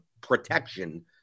protection